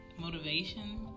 motivation